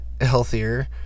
healthier